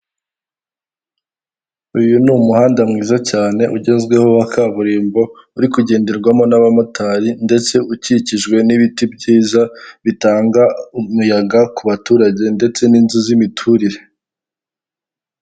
Uyu ni umuhanda mwiza cyane ugezweho wa kaburimbo, uri kugenderwamo n'abamotari ndetse ukikijwe n'ibiti byiza, bitanga umuyaga ku baturage ndetse n'inzu z'imiturire.